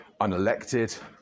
unelected